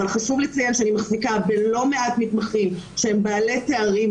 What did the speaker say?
אבל חשוב לי לציין שאני מחזיקה בלא מעט מתמחים שהם בעלי תארים,